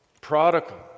prodigal